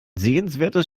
sehenswertes